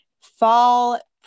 fall